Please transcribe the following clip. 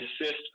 assist